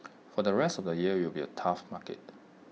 for the rest of the year IT will be A tough market